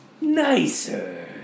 nicer